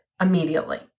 immediately